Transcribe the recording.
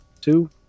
Two